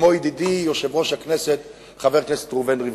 כמו ידידי יושב-ראש הכנסת ריבלין,